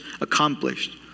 accomplished